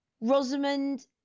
Rosamond